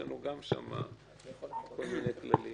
יש לנו גם שם כל מיני כללים.